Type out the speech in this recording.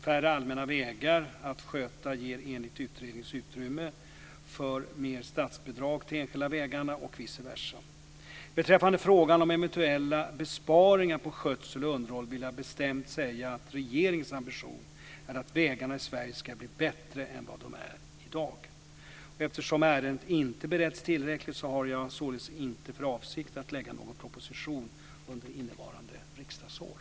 Färre allmänna vägar att sköta ger enligt utredningen utrymme för mer statsbidrag till de enskilda vägarna och vice versa. Beträffande frågan om eventuella besparingar på skötsel och underhåll vill jag bestämt säga att regeringens ambition är att vägarna i Sverige ska bli bättre än vad de är i dag. Eftersom ärendet inte beretts tillräckligt har jag således inte för avsikt att lägga någon proposition under innevarande riksdagsår.